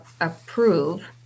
approve